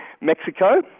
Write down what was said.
Mexico